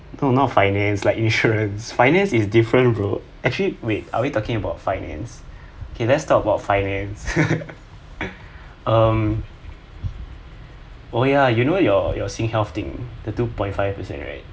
could not finance like insurance finance is different bro actually wait are we talking about finance okay let's talk about finance um oh ya you know your singhealth thing the two point five percent right